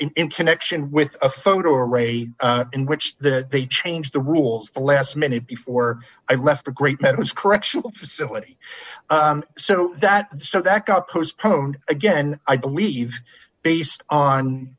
in connection with a photo array in which the they change the rules the last minute before i left the great meadows correctional facility so that so that got postponed again i believe based on